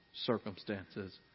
circumstances